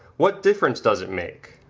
what difference does it make,